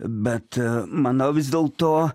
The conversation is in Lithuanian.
bet manau vis dėlto